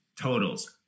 totals